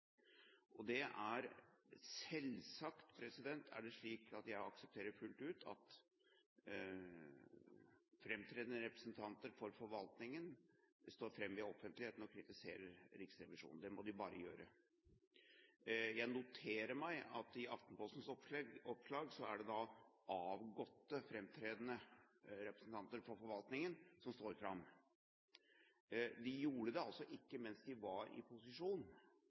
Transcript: av hele komiteen. Selvsagt er det slik at jeg aksepterer fullt ut at framtredende representanter for forvaltningen står fram i offentligheten og kritiserer Riksrevisjonen. Det må de bare gjøre. Jeg noterer meg at i Aftenpostens oppslag er det avgåtte, framtredende representanter for forvaltningen som står fram. De gjorde det altså ikke mens de var i posisjon.